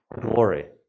glory